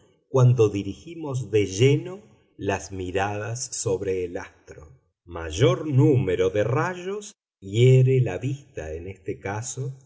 cuando dirigimos de lleno las miradas sobre el astro mayor número de rayos hiere la vista en este caso